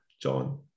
John